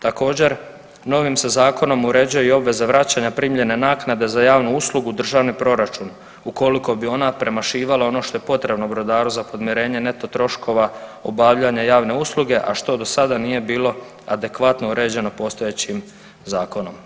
Također, novim se zakonom uređuje i obveza vraćanja primljene naknade za javnu uslugu u državni proračun ukoliko bi ona premašivala ono što je potrebno brodaru za podmirenje neto troškova obavljanja javne usluge, a što do sada nije bilo adekvatno uređeno postojećim zakonom.